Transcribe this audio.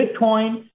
Bitcoin